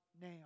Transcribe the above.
now